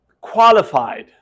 qualified